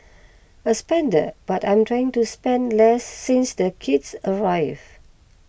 a spender but I'm trying to spend less since the kids arrived